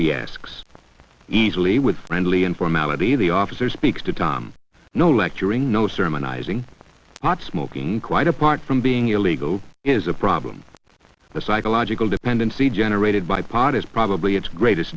he asks easily with friendly and formality the officer speaks to tom no lecturing no sermonizing not smoking quite apart from being illegal is a problem the psychological dependency generated by pot is probably its greatest